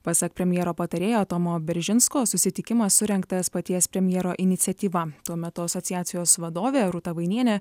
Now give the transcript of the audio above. pasak premjero patarėjo tomo beržinsko susitikimas surengtas paties premjero iniciatyva tuo metu asociacijos vadovė rūta vainienė